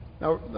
Now